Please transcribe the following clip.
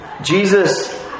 Jesus